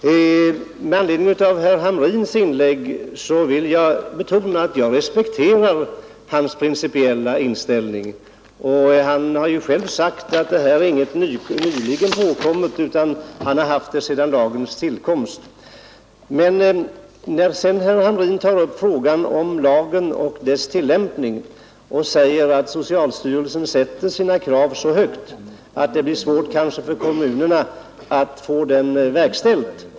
Fru talman! Med anledning av herr Hamrins inlägg vill jag betona att jag respekterar hans principiella inställning. Han har ju själv sagt att detta inte är något nyligen påkommet utan att han har haft den inställningen sedan lagens tillkomst. Herr Hamrin tar upp frågan om lagen och dess tillämpning och säger att socialstyrelsen sätter sina krav så högt att det kanske blir svårt för kommunerna att uppfylla dem.